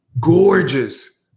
Gorgeous